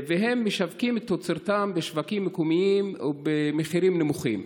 והם משווקים את תוצרתם בשווקים מקומיים ובמחירים נמוכים,